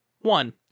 One